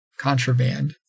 Contraband